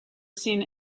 seen